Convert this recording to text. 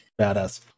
Badass